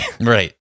Right